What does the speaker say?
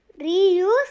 reuse